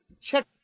check